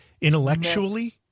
intellectually